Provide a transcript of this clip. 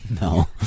No